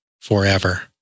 forever